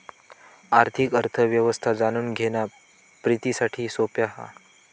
आर्थिक अर्थ व्यवस्था जाणून घेणा प्रितीसाठी सोप्या हा